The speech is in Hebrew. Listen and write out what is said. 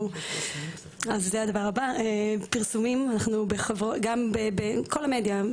הדבר הבא: פרסומים בכל המדיה,